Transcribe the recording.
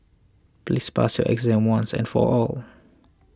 please pass your exam once and for all